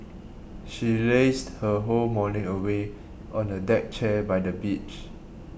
she lazed her whole morning away on the deck chair by the beach